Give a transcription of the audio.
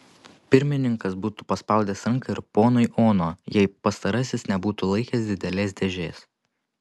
pirmininkas būtų paspaudęs ranką ir ponui ono jei pastarasis nebūtų laikęs didelės dėžės